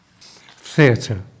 Theatre